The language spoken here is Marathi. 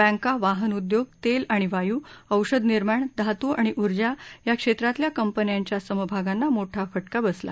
बँका वाहनउदयोग तेल आणि वायू औषधनिर्माण धातू आणि ऊर्जा या क्षेत्रातल्या कंपन्यांच्या समभागांना मोठा फटका बसला